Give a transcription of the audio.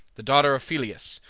the daughter of pelias,